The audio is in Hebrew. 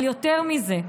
אבל יותר מזה,